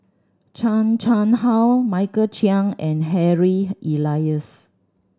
Chan Chang How Michael Chiang and Harry Elias